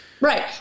Right